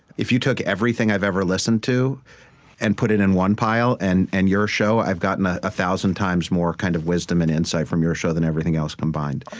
if you took everything i've ever listened to and put it in one pile, and and your show, i've gotten a thousand times more kind of wisdom and insight from your show than everything else combined.